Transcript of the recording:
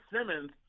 Simmons